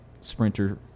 sprinter